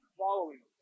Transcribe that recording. following